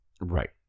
Right